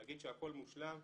להגיד שהכול מושלם,